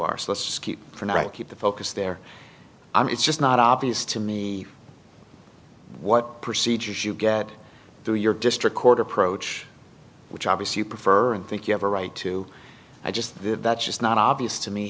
right keep the focus there i mean it's just not obvious to me what procedures you get through your district court approach which obvious you prefer and think you have a right to i just that's just not obvious to me